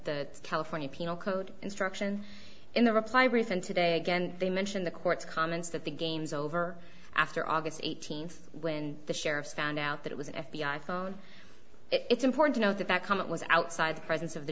the california penal code instruction in the reply recent today again they mention the court's comments that the game's over after august eighteenth when the sheriff found out that it was an f b i phone it's important to know that that comment was outside the presence of the